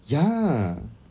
ya